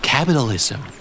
Capitalism